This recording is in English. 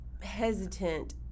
hesitant